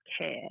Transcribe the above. care